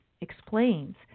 explains